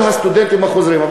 כל הסטודנטים החוזרים.